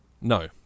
No